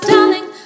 Darling